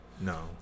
No